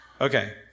Okay